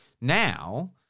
now